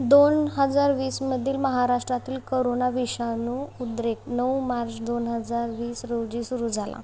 दोन हजार वीसमधील महाराष्ट्रातील करोना विषाणू उद्रेक नऊ मार्च दोन हजार वीस रोजी सुरू झाला